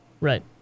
Right